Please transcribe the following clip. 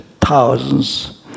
thousands